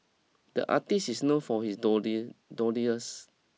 the artist is known for his doodle doodles